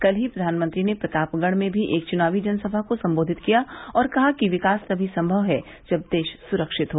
कल ही प्रधानमंत्री ने प्रतापगढ़ में भी एक चुनावी जनसभा को संबोधित किया और कहा कि विकास तभी संमव है जब देश सुरक्षित हो